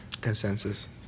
Consensus